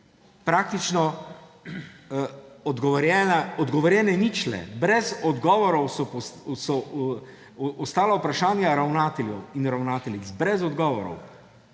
praktično odgovorjene ničle, brez odgovorov so ostala vprašanja ravnateljev in ravnateljic. Brez odgovorov.